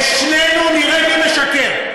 ושנינו נראה מי משקר.